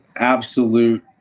absolute